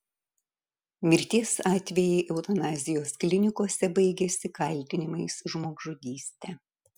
mirties atvejai eutanazijos klinikose baigiasi kaltinimais žmogžudyste